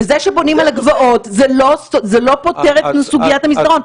וזה שבונים על הגבעות זה לא פותר את סוגיית המסדרון.